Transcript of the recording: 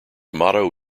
motto